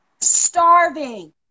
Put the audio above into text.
Starving